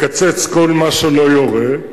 לקצץ כל מה שלא יורה,